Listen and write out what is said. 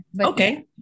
okay